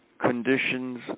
conditions